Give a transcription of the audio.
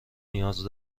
نیاز